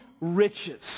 riches